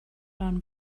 rhan